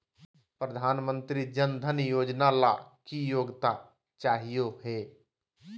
प्रधानमंत्री जन धन योजना ला की योग्यता चाहियो हे?